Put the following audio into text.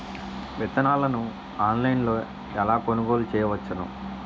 విత్తనాలను ఆన్లైన్లో ఎలా కొనుగోలు చేయవచ్చున?